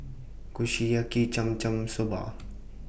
Kushiyaki Cham Cham Soba